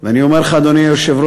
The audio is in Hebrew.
ואני אומר לך, אדוני היושב-ראש,